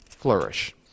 flourish